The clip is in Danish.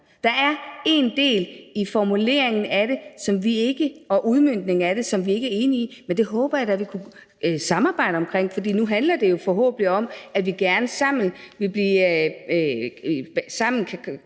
Der er en del i formuleringen og udmøntningen af det, som vi ikke er enige i, men det håber jeg da vi kan samarbejde om, for nu handler det jo forhåbentlig om, at vi gerne sammen